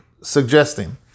suggesting